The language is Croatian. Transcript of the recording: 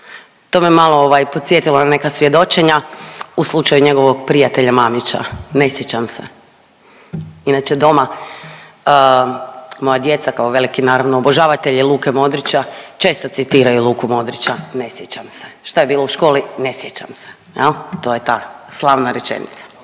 To me malo podsjetilo na neka svjedočenja u slučaju njegovog prijatelja Mamića „ne sjećam se“. Inače doma moja djeca kao veliki naravno obožavatelji Luke Modrića često citiraju Luku Modrića „ne sjećam se“. Šta je bilo u školi? Ne sjećam se. Jel, to je ta slavna rečenica.